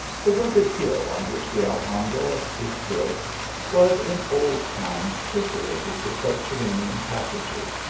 the rugged hill on which the alhambra is built was in old times perforated with subterranean, pas sages,